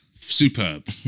Superb